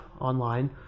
online